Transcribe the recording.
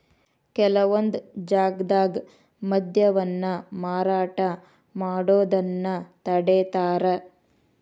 ಕೆಲವೊಂದ್ ಜಾಗ್ದಾಗ ಮದ್ಯವನ್ನ ಮಾರಾಟ ಮಾಡೋದನ್ನ ತಡೇತಾರ